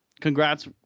congrats